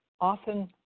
often